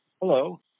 Hello